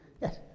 Yes